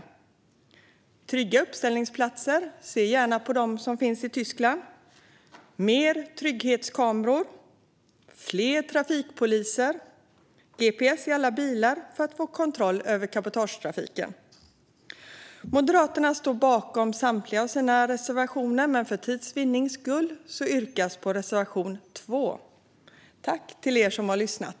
Det behövs trygga uppställningsplatser - se gärna på dem som finns i Tyskland! Det behövs fler trygghetskameror, fler trafikpoliser och gps i alla bilar för att få kontroll över cabotagetrafiken. Moderaterna står bakom samtliga av sina reservationer, men för tids vinnande yrkar jag bifall endast till reservation 2. Tack till er som lyssnat!